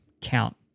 count